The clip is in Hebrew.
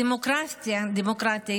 הדמוקרטיה,